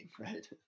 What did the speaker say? right